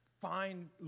Find